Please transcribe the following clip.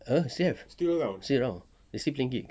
err still have still around they still playing gigs